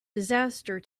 disaster